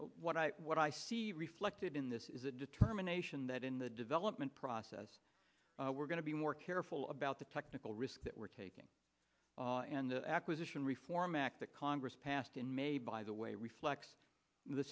what i what i see reflected in this is a determination that in the development process we're going to be more careful about the technical risk that we're taking and the acquisition reform act that congress passed in may by the way reflects the